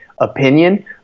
opinion